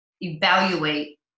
evaluate